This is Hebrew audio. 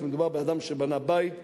כשמדובר באדם שבנה בית,